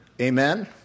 Amen